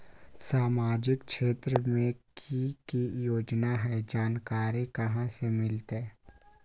सामाजिक क्षेत्र मे कि की योजना है जानकारी कहाँ से मिलतै?